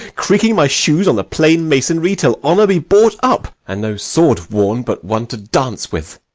creaking my shoes on the plain masonry, till honour be bought up, and no sword worn but one to dance with.